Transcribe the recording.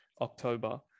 October